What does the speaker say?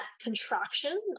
contraction